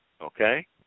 Okay